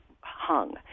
hung